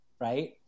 right